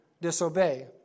disobey